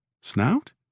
Snout